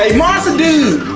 ah monster dude